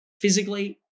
physically